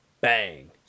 Bang